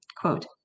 quote